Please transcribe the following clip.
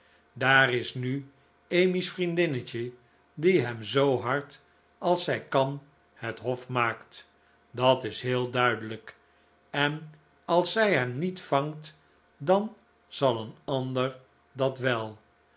daar is nu emmy's vriendinnetje die hem zoo hard als zij kan het hof maakt dat is heel duidelijk en als zij hem niet vangt dan zal een ander dat wel